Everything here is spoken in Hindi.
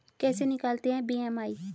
कैसे निकालते हैं बी.एम.आई?